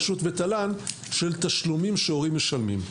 רשות ותל"ן שההורים משלמים.